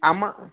આમાં